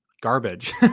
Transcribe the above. garbage